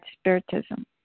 spiritism